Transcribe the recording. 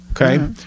okay